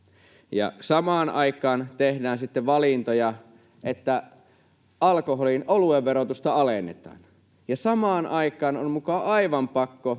Samaan aikaan tehdään sitten valintoja, että alkoholin, oluen, verotusta alennetaan, ja samaan aikaan on muka aivan pakko